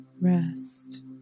rest